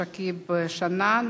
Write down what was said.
עשו שינוי בזה.